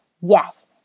Yes